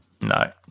no